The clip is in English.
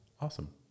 awesome